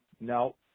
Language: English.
No